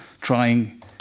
trying